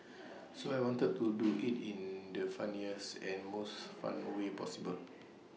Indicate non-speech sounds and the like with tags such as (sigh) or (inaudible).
(noise) so I wanted to do IT in the funniest and most fun way possible